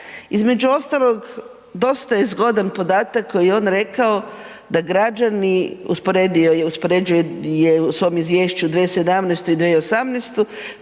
Između ostalog dosta je zgodan podatak koji je on rekao da građani, usporedio je, uspoređuje u svom izvješću 2017. i 2018.,